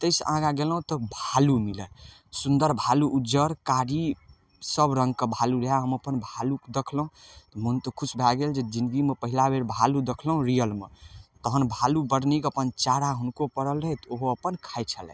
तै सँ आगाँ गेलहुँ तऽ भालू मिलल सुन्दर भालू उज्जर कारी सब रङ्गके भालू रहै हम अपन भालूके देखलहुँ तऽ मोन तऽ खुश भए गेल तऽ जिनगीमे पहिला बेर भालू देखलहुँ रियलमे तहन भालू बड़ नीक अपन चारा हुनको पड़ल रहै तऽ उहो अपन खाइ छलथि